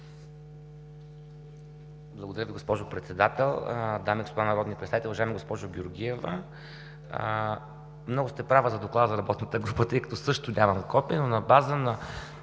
Благодаря Ви, госпожо Председател. Дами и господа народни представители, уважаема госпожо Георгиева! Много сте права за Доклада на работната група, тъй като също нямам копие, но на база